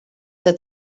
that